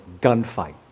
gunfight